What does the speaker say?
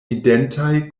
identaj